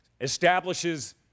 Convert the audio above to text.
establishes